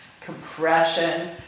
compression